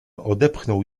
odepchnął